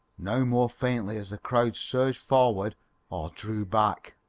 now more faintly as the crowd surged forward or drew back,